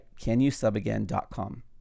canyousubagain.com